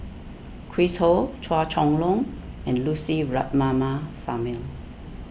Chris Ho Chua Chong Long and Lucy Ratnammah Samuel